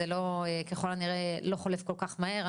זה ככל הנראה לא חולף כל כך מהר.